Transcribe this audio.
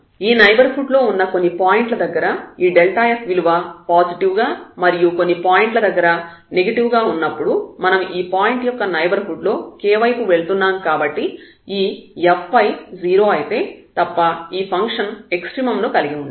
ఈ నైబర్హుడ్ లో ఉన్న కొన్ని పాయింట్ల దగ్గర ఈ f విలువ పాజిటివ్ గా మరియు కొన్ని పాయింట్ల దగ్గర నెగిటివ్ గా ఉన్నప్పుడు మనం ఈ పాయింట్ యొక్క నైబర్హుడ్ లో k వైపు వెళ్తున్నాం కాబట్టి ఈ fy 0 అయితే తప్ప ఈ ఫంక్షన్ ఎక్స్ట్రీమమ్ ను కలిగి ఉండదు